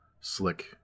slick